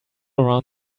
around